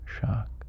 shock